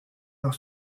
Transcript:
leur